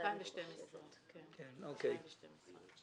ב-2012 אני חושבת.